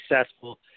successful